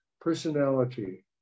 personality